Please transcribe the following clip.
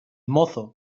mozo